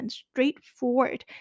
straightforward